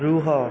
ରୁହ